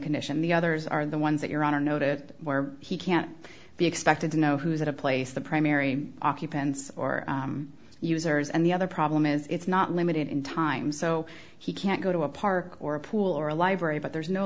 condition the others are the ones that your honor noted where he can't be expected to know who's at a place the primary occupants or users and the other problem is it's not limited in time so he can't go to a park or a pool or a library but there's no